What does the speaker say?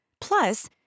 Plus